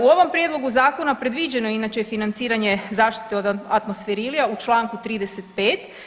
U ovom prijedlogu zakona predviđeno je inače financiranje zaštite od atmosferilija u članku 35.